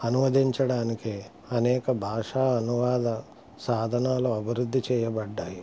అనువదించడానికి అనేక భాషా అనువాద సాధనాలు అభివృద్ధి చేయబడ్డాయి